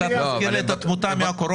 ינון, זה קצת מזכיר לי את התמותה מן הקורונה.